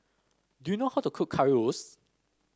do you know how to cook Currywurst